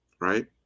right